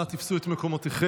אנא תפסו את מקומותיכם.